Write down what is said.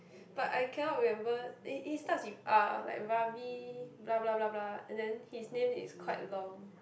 but I cannot remember eh eh it starts with R like Ravi blah blah blah and then his name is quite long